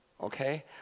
Okay